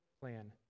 plan